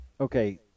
okay